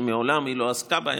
שמעולם היא לא עסקה בהם?